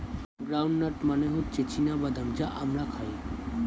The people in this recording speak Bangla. গ্রাউন্ড নাট মানে হচ্ছে চীনা বাদাম যা আমরা খাই